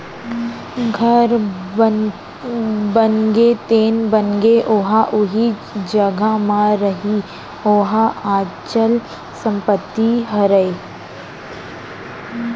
घर बनगे तेन बनगे ओहा उही जघा म रइही ओहा अंचल संपत्ति हरय